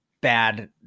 bad